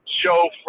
show